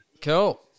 cool